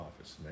office